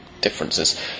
differences